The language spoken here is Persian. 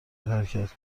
حرکت